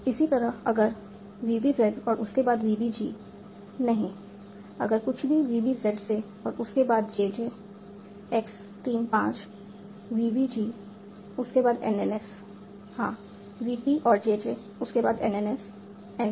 इसी तरह अगर VBZ और उसके बाद VBG नहीं अगर कुछ भी VBZ से और उसके बाद JJ X 3 5 VBG उसके बाद NNS हाँ VP और JJ उसके बाद NNS NP